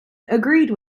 agreed